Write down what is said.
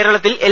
കേരളത്തിൽ എൽ